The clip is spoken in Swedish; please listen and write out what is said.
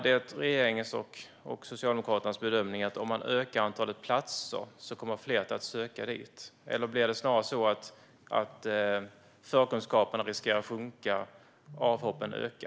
Bedömer regeringen och Socialdemokraterna att om man ökar antalet platser kommer fler att söka? Eller riskerar förkunskaperna snarare att sjunka och avhoppen öka?